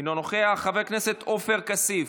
אינו נוכח, חבר הכנסת עופר כסיף,